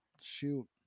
Shoot